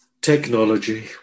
Technology